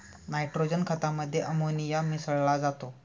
nitrogen खतामध्ये ammonia मिसळा जातो